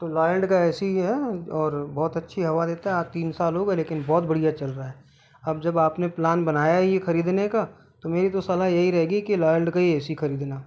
तो लोयल्ड का A C है और बहोत अच्छी हवा देता है आज तीन साल हो गए लेकिन बहुत बढ़िया चल रहा है अब जब आपने प्लान बनाया ही है ख़रीदने का तो मेरी तो सलाह यही रहेगी कि लोयल्ड का ही ए सी ख़रीदना